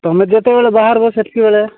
ତୁମେ ଯେତେବେଳେ ବାହାରିବ ସେତେବେଳେ